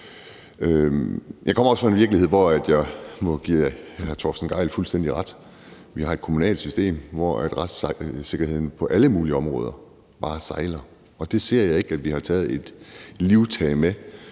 så kommer jeg fra en virkelighed, hvor jeg må give hr. Torsten Gejl fuldstændig ret – vi har et kommunalt system, hvor retssikkerheden på alle mulige områder bare sejler, og det ser jeg ikke at vi har taget livtag med